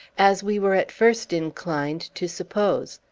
as we were at first inclined to suppose.